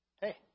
hey